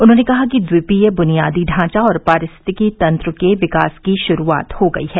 उन्होंने कहा कि द्वीपीय बुनियादी ढांचा और पारिस्थितिकी तंत्र के विकास की शुरुआत हो गई है